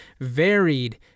varied